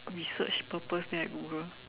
research purpose then I Google